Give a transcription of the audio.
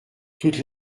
toutes